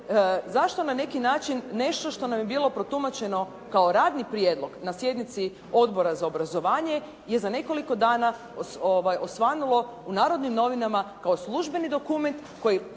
zašto na neki način nešto što nam je bilo protumačeno kao radni prijedlog na sjednici Odbora za obrazovanje je za nekoliko dana osvanulo u Narodnim novinama kao službeni dokument koji